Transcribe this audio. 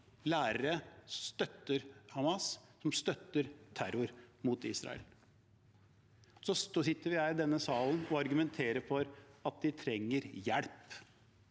Lærere støtter Hamas, som støtter terror mot Israel. Så sitter vi her i denne salen og argumenterer for at de trenger hjelp.